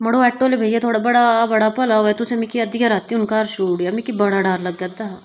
मडो आटो आह्ले भेइया तुआढ़ा बड़ा बड़ा भला होऐ तुसें मिगी अद्धी रातीं हून घर छोडी ओङ़ेआ मिगी बड़ा डर लगादा